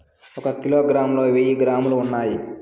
ఒక కిలోగ్రామ్ లో వెయ్యి గ్రాములు ఉన్నాయి